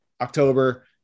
October